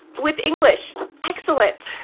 with english. excellent.